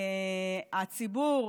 הציבור,